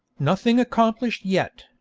nothing accomplished yet.